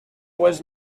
was